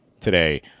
today